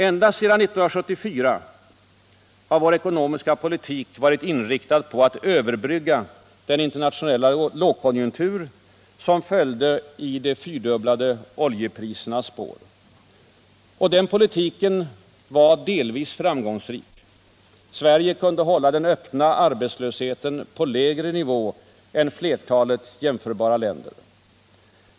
Ända sedan 1974 har vår ekonomiska politik varit inriktad på att överbrygga den internationella lågkonjunktur som följde i de fyrdubblade oljeprisernas spår. Denna politik var delvis framgångsrik. Sverige kunde hålla den öppna arbetslösheten på lägre nivå än flertalet jämförbara länder.